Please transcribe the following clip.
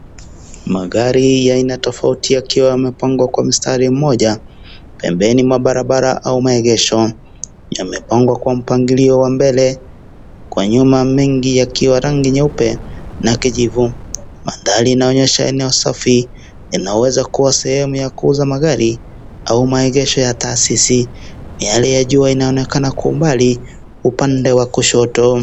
Magari ya aina tofauti yakiwa yamepangwa kwa mstari mmoja, pembeni mwa barabara au maegesho. Yamepangwa kwa mpangilio wa mbele, kwa nyuma mengi yakiwa na rangi nyeupe, na kijivu. Mandhari yanaonyesha eneo safi. Yanaweza kuwa sehemu ya kuuza magari, au maegesho ya taasisi. Miale ya jua inaonekana kwa mbali, upande wa kushoto.